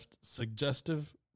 suggestive